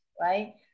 right